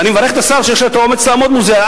ואני מברך את השר שיש לו האומץ לעמוד מול זה.